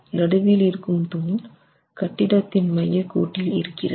நடுவில் இருக்கும் தூண் கட்டிடத்தின் மையக்கோட்டில் இருக்கிறது